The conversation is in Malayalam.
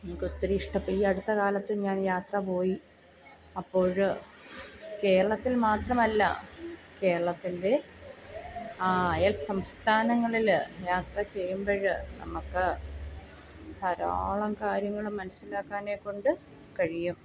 നമുക്ക് ഒത്തിരി ഇഷ്ടം ഈ അടുത്തകാലത്ത് ഞാൻ യാത്രപോയി അപ്പോൾ കേരളത്തിൽ മാത്രമല്ല കേരളത്തിൻ്റെ അയൽ സംസ്ഥാനങ്ങളിൽ യാത്ര ചെയ്യുമ്പോൾ നമുക്ക് ധാരാളം കാര്യങ്ങൾ മനസ്സിലാക്കാനെക്കൊണ്ട് കഴിയും